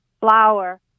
flower